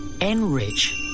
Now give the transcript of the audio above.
Enrich